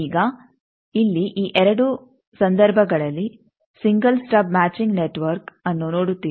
ಈಗ ಇಲ್ಲಿ ಈ ಎರಡೂ ಸಂದರ್ಭಗಳಲ್ಲಿ ಸಿಂಗಲ್ ಸ್ಟಬ್ ಮ್ಯಾಚಿಂಗ್ ನೆಟ್ವರ್ಕ್ಅನ್ನು ನೋಡುತ್ತೀರಿ